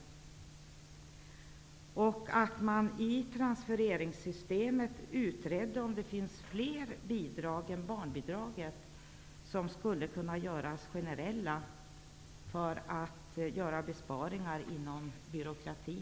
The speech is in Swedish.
Man skulle utreda om det i transfereringssystemet finns flera bidrag än barnbidraget som skulle kunna göras generella för att göra besparingar inom byråkratin.